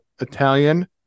Italian